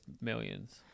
millions